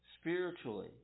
spiritually